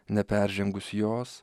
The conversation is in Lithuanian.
neperžengus jos